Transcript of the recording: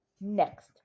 Next